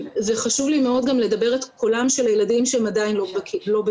וחשוב לי מאוד גם לדבר את קולם של הילדים שהם עדיין לא בהיל"ה.